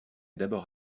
d’abord